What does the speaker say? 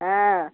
ஆ